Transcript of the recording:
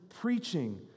preaching